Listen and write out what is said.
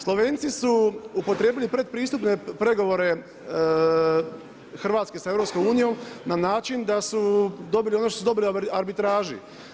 Slovenci su upotrijebili pretpristupne prigovore Hrvatske sa EU na način da su dobili on što su dobili u arbitraži.